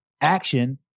action